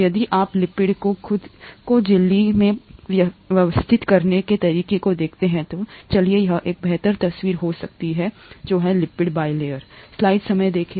यदि आप लिपिड को खुद को झिल्ली में व्यवस्थित करने के तरीके को देखते हैं तो चलिए यहाँ एक बेहतर तस्वीर हो सकती हैलिपिड बिलीयर हैं